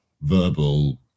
verbal